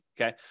okay